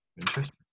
interesting